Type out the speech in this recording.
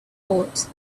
bought